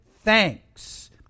thanks